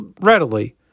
readily